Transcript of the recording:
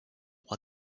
droit